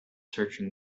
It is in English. searching